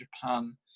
japan